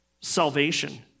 salvation